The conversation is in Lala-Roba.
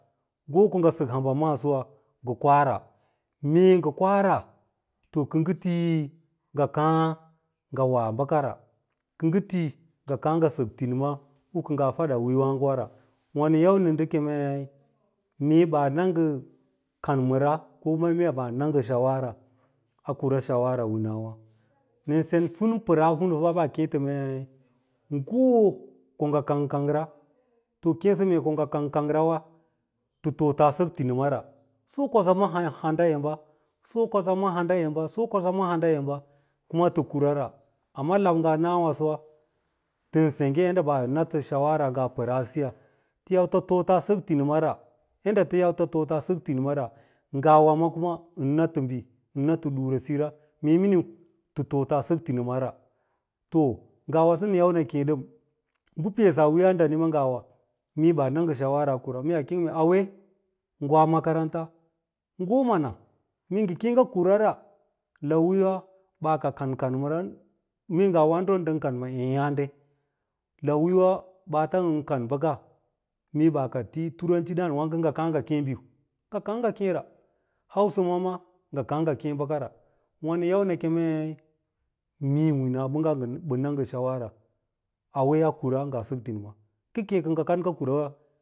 Ngo ko ngɚ sɚk bɚbo suwa ngɚ kwara ngor au, kɚ ngɚ ti ngɚ kàà ngɚ wa bɚkara, kɚ ngɚ ti ngɚ kaa ngɚ sɚk tinima u kɚ nga fada wiiwàa go wara, wà nɚn yau nɚ ngɚ keme mee ɓaa na ngɚ kan mɚra kunna mee ɓaa na ngɚ shawara a kura shawara winawà nɚn sen tun pɚraahun ɓaa kêê tɚ mei ngo’o ko ngɚ kang kangra mee ko tɚ kang kangrawa tɚ too taa sɚk tinimara, so ko sɚ ma hamda em ba, so ko sɚ ma hanɗa emba ko sɚ ma hanɗa emba kuma tɚ kurara, amma slau ngaa nasowa tɚn sengge yedda ngaa na tɚsɚ shawara pɚraa sɚya tɚ yau tɚ too tas sɚ tinimara yada tɚ yau tɚ too ta sɚk tinima ra ngawa ɚn natɚ biu, ɚn na tɚ ɗurasira, mee miniu tɚ too ta sɚk tinimara, ngawaso nɚn yau nɚ kêê ɗɚm bɚ peesa a wiiyas daniɓa ngawa mee ɓaa na ngɚ shawara a kura mee ɓaa kêê ngɚ mee auwe ngoa makaranta ngo mana, mee ngɚ kêê ngɚ kurara lau wuyowa ɓaa ka kan kanmɚra lau waàɗo ban kan mu êêydàɗe lau wiiyowa ɓaatan kan bɚka mee bah ka ti turanci dààn wààgo kɚ la ngɚ kan biu, kɚ ngɚ kàà ngɚ kêê ngɚ kêê biu, wà nɚn yau nɚ kemei mee winaɓɚngga ɓɚn na ngɚ shawara wuwe a kura ngaa sɚk tinima, tike ngɚ kêê kɚ ngɚ kurawa